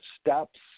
steps